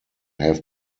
have